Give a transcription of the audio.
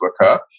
occur